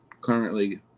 currently